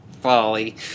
folly